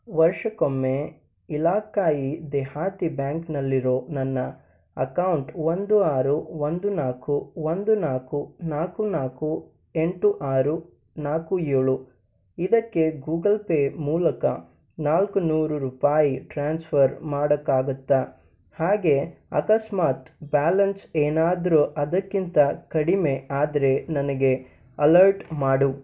ವರ್ಷಕ್ಕೊಮ್ಮೆ ಇಲಕಾಯಿ ದೆಹಾತಿ ಬ್ಯಾಂಕ್ನಲ್ಲಿರೋ ನನ್ನ ಅಕೌಂಟ್ ಒಂದು ಆರು ಒಂದು ನಾಲ್ಕು ಒಂದು ನಾಲ್ಕು ನಾಲ್ಕು ನಾಲ್ಕು ಎಂಟು ಆರು ನಾಲ್ಕು ಏಳು ಇದಕ್ಕೆ ಗೂಗಲ್ ಪೇ ಮೂಲಕ ನಾಲ್ಕು ನೂರು ರೂಪಾಯಿ ಟ್ರಾನ್ಸ್ಫರ್ ಮಾಡೋಕ್ಕಾಗತ್ತಾ ಹಾಗೆ ಅಕಸ್ಮಾತ್ ಬ್ಯಾಲೆನ್ಸ್ ಏನಾದರೂ ಅದಕ್ಕಿಂತ ಕಡಿಮೆ ಆದರೆ ನನಗೆ ಅಲರ್ಟ್ ಮಾಡು